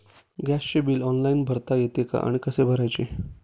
गॅसचे bill online भरता येते का आणि कसे भरायचे?